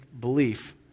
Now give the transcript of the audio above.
belief